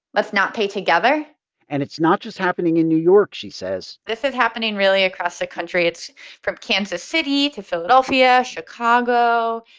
let's not pay together and it's not just happening in new york, she says this is happening really across the country. it's from kansas city to philadelphia, chicago,